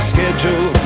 Schedule